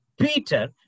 Peter